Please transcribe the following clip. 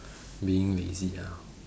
being lazy ah